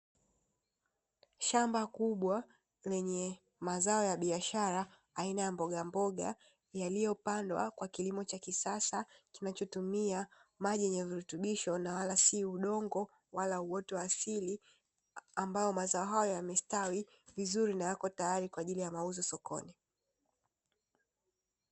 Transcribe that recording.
Shamba kubwa lenye mazao ya biashara aina ya mbogamboga, yaliyopandwa kwa kilimo cha kisasa, kinachotumia maji yenye virutubisho na wala si udongo wala uoto wa asili, ambayo mazao hayo yamestawi vizuri na yapo tayari kwa ajili ya mauzo sakoni.